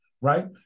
right